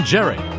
Jerry